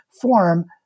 form